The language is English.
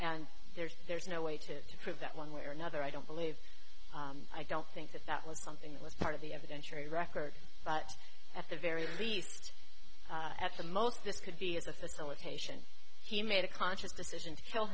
and there's there's no way to prove that one way or another i don't believe i don't think that that was something that was part of the evidence or a record but at the very least at the most this could be as a facilitation he made a conscious decision to kill